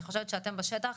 אני חושבת שאתם בשטח,